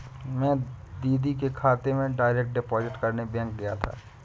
मैं दीदी के खाते में डायरेक्ट डिपॉजिट करने बैंक गया था